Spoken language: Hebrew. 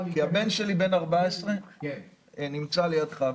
להיכנס --- הבן שלי בן 14 נמצא לידך,